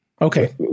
okay